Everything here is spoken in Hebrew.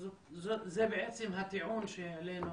זה בעצם הטיעון שהעלינו